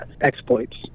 exploits